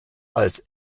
als